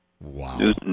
Wow